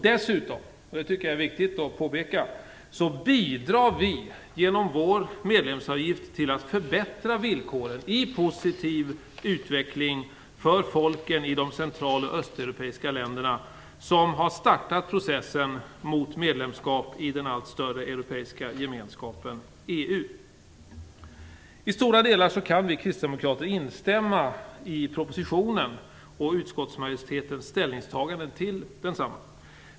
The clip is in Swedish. Dessutom - det tycker jag är viktigt att påpeka - bidrar vi genom vår medlemsavgift till att förbättra villkoren för en positiv utveckling för folken i de central och östeuropeiska länder som startat processen mot medlemskap i den allt större europeiska gemenskapen, EU. I stora delar kan vi kristdemokrater instämma i propositionen och i utskottsmajoritetens ställningstaganden till densamma.